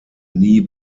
nie